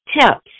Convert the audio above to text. tips